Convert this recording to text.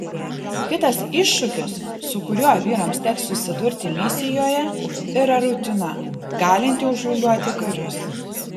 kitas iššūkis su kuriuo vyrams teks susidurti misijoje yra rutina galinti užliūliuoti karius